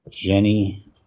Jenny